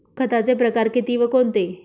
खताचे प्रकार किती व कोणते?